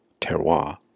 terroir